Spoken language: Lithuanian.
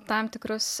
tam tikrus